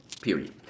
Period